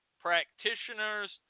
practitioners